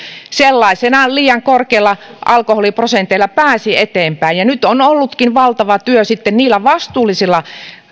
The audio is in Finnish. sellaisenaan liian korkealla alkoholiprosentilla pääsi eteenpäin nyt on ollutkin valtava työ sitten niillä vastuullisilla